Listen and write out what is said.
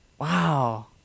wow